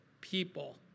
people